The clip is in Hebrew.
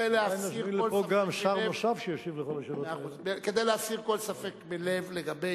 אולי נזמין לפה גם שר נוסף שישיב על כל השאלות האלה.